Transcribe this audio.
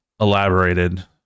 Elaborated